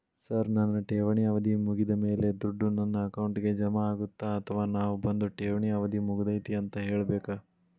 Sir ನನ್ನ ಠೇವಣಿ ಅವಧಿ ಮುಗಿದಮೇಲೆ, ದುಡ್ಡು ನನ್ನ ಅಕೌಂಟ್ಗೆ ಜಮಾ ಆಗುತ್ತ ಅಥವಾ ನಾವ್ ಬಂದು ಠೇವಣಿ ಅವಧಿ ಮುಗದೈತಿ ಅಂತ ಹೇಳಬೇಕ?